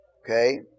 Okay